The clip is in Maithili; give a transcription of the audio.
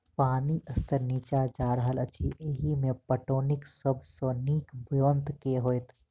पानि स्तर नीचा जा रहल अछि, एहिमे पटौनीक सब सऽ नीक ब्योंत केँ होइत?